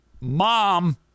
mom